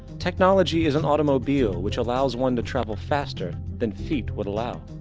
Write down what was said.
technology is an automobile, which allows one to travel faster than feet would allow.